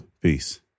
Peace